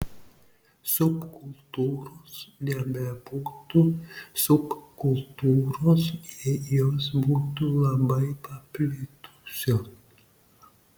subkultūros nebebūtų subkultūros jei jos būtų labai paplitusios